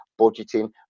budgeting